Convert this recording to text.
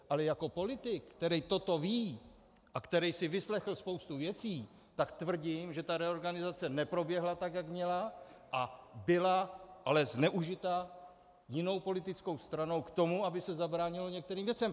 Ale jako politik, který toto ví a který se vyslechl spoustu věcí, tak tvrdím, že ta reorganizace neproběhla tak, jak měla a byla ale zneužita jinou politickou stranou k tomu, aby se zabránilo některým věcem.